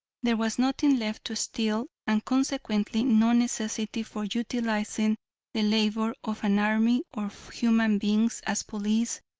there was nothing left to steal, and consequently no necessity for utilizing the labor of an army of human beings as police,